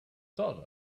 thought